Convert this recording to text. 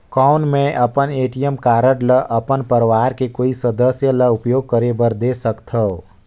कौन मैं अपन ए.टी.एम कारड ल अपन परवार के कोई सदस्य ल उपयोग करे बर दे सकथव?